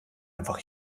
einfach